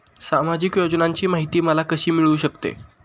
सामाजिक योजनांची माहिती मला कशी मिळू शकते?